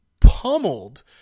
pummeled